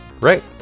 Right